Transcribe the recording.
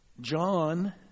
John